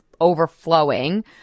overflowing